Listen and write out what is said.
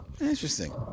Interesting